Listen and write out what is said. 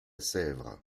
sèvres